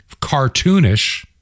cartoonish